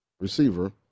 receiver